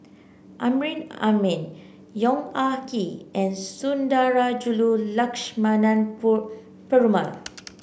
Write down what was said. Amrin Amin Yong Ah Kee and Sundarajulu Lakshmana Perumal